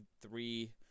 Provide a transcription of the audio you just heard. three